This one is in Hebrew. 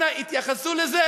אנא התייחסו לזה